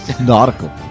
nautical